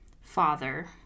father